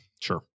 Sure